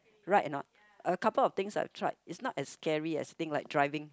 right or not a couple of things I've tried is not as scary as thing like driving